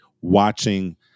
watching